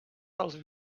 pels